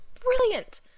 brilliant